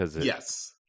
Yes